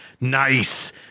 Nice